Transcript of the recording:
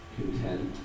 content